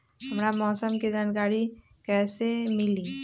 हमरा मौसम के जानकारी कैसी मिली?